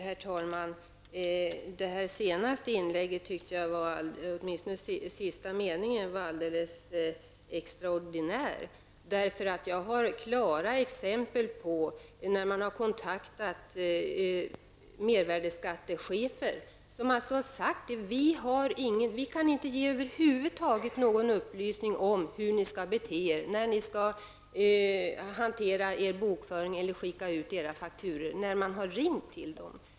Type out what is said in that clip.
Herr talman! Statsrådets senaste inlägg, åtminstone sista meningen, var alldeles extra ordinärt. Jag har exempel på när man i mervärdeskatteärenden kontaktat skattechefer som sagt: Vi kan över huvud taget inte ge någon upplysning hur ni skall hantera er bokföring eller hur ni skall bete er när ni skickar ut era fakturor. Detta har de sagt när man ringt till dem.